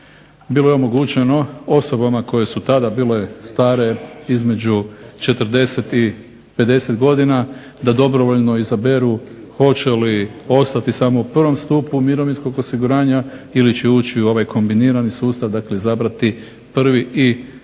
bilo je omogućeno osobama koje su tada bile stare između 40 i 50 godina da dobrovoljno izaberu hoće li ostati samo u prvom stupu mirovinskog osiguranja ili će ući u ovaj kombinirani sustav, dakle izabrati prvi i